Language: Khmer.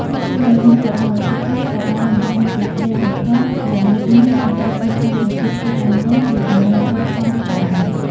ទោះជាយ៉ាងណាក៏ដោយ ពួកគេក៏បានបង្ហាញពី ក្តីសង្ឃឹម យ៉ាងមុតមាំក្នុងការកសាងប្រទេសជាតិឡើងវិញពីគំនរផេះផង់ផងដែរ។